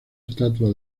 estatua